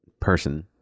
person